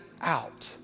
out